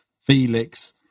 Felix